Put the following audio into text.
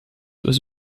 was